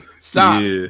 Stop